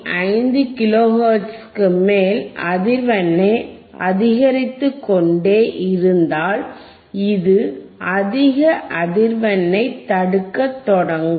5 kilo ஹெர்ட்ஸுக்கு மேல் அதிர்வெண்ணை அதிகரித்துக்கொண்டே இருந்தால் இது அதிக அதிர்வெண்ணைத் தடுக்கத் தொடங்கும்